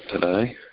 today